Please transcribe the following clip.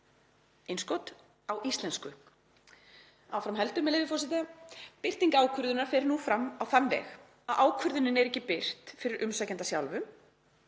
Innskot: Á íslensku. Áfram heldur, með leyfi forseta: „Birting ákvörðunar fer nú fram á þann veg að ákvörðunin er ekki birt fyrir umsækjanda sjálfum,